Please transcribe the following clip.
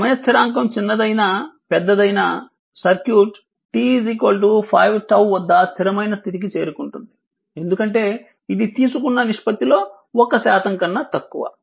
సమయ స్థిరాంకం చిన్నదైనా పెద్దదైనా సర్క్యూట్ t 5T వద్ద స్థిరమైన స్థితికి చేరుకుంటుంది ఎందుకంటే ఇది తీసుకున్న నిష్పత్తిలో 1 శాతం కన్నా తక్కువ